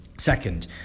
second